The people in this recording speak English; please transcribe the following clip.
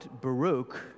Baruch